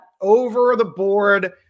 over-the-board